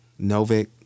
novik